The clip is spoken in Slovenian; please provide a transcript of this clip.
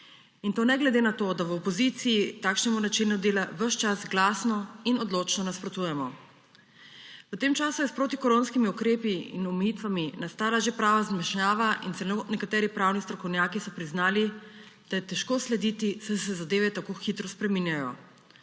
in to ne glede na to, da v opoziciji takšnemu načinu dela ves čas glasno in odločno nasprotujemo. V tem času je s protikoronskimi ukrepi in omejitvami nastala že prava zmešnjava in celo nekateri pravni strokovnjaki so priznali, da je težko slediti, saj se zadeve tako hitro spreminjajo.